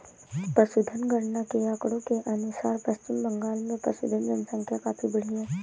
पशुधन गणना के आंकड़ों के अनुसार पश्चिम बंगाल में पशुधन जनसंख्या काफी बढ़ी है